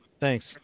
Thanks